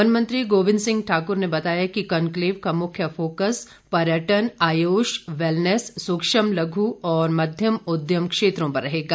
वनमंत्री गोविंद सिंह ठाकुर बताया कि कनक्लेव का मुख्य फोकस पर्यटन आयुष वेलनैस सूक्ष्म लघ् और मध्यम उद्यम क्षेत्रों पर रहेगा